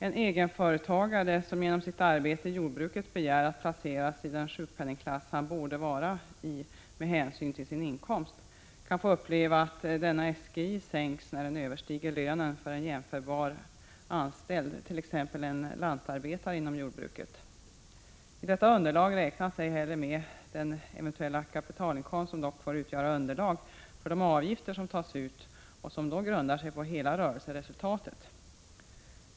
En egenföretagare som genom sitt arbete i jordbruket begär att placeras i den sjukpenningsklass han borde vara i med hänsyn till sin inkomst kan få uppleva att hans SGI sänks när den överstiger lönen för en jämförbar anställd, t.ex. en lantarbetare inom jordbruket. I detta underlag räknas ej heller med den eventuella kapitalinkomsten, som dock får utgöra underlag för de avgifter som tas ut och som då grundar sig på hela rörelseresultatet.